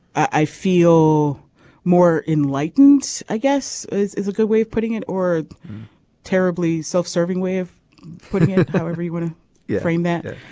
i feel more enlightened. i guess it's a good way of putting it or terribly self-serving way of putting everyone if they matter.